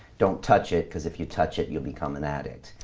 don't touch it because if you touch it, you'll become an addict.